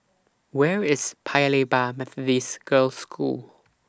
Where IS Paya Lebar Methodist Girls' School